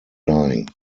dying